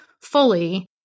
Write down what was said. fully